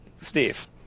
Steve